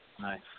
Nice